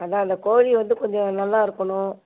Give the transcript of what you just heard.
அதான் அந்த கோழி வந்து கொஞ்சம் நல்லா இருக்கணும்